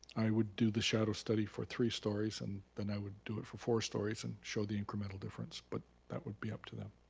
i would do the shadow study for three stories and and i would do it for four stories. and show the incremental difference. but that would be up to them.